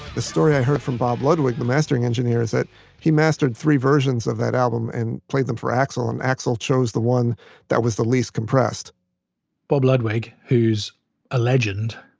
the story i heard from bob ludwig, the mastering engineer, is that he mastered three versions of that album and played them for axl, and axl chose the one that was the least compressed bob ludwig, who's a legend,